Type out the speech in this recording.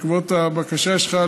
בעקבות הבקשה שלך,